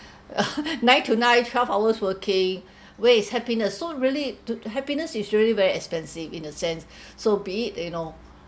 nine to nine twelve hours working where is happiness so really to happiness is really very expensive in a sense so be it you know